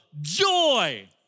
joy